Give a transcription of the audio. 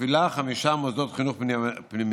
מפעילה חמישה מוסדות חינוך פנימייתיים,